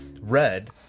Red